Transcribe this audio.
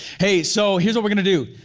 hey, so here's what we're gonna do.